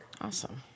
Awesome